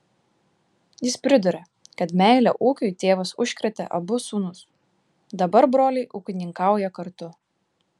jis priduria kad meile ūkiui tėvas užkrėtė abu sūnus dabar broliai ūkininkauja kartu